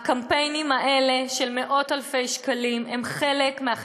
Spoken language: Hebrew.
הקמפיינים האלה של מאות-אלפי שקלים הם חלק מפעולת